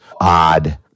odd